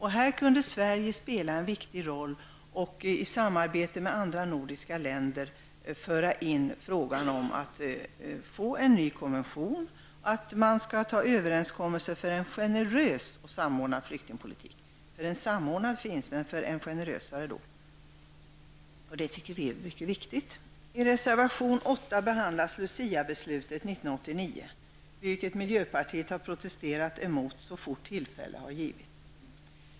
Här kunde Sverige spela en viktig roll och i samarbete med andra nordiska länder föra in frågan om att få till stånd en ny konvention och träffa överenskommelser om en generös och samordnad flyktingpolitik -- en samordnad flyktingpolitik finns, men vi vill att den skall vara generösare. Det tycker vi är mycket viktigt. I reservation 8 behandlas Luciabeslutet 1989, vilket miljöpartiet har protesterat mot så fort tillfälle har givits.